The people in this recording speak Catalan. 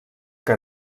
que